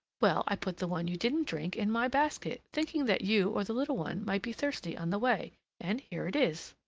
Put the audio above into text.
well, i put the one you didn't drink in my basket, thinking that you or the little one might be thirsty on the way and here it is.